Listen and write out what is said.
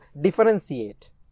differentiate